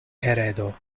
heredo